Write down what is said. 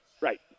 Right